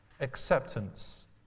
acceptance